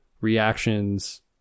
reactions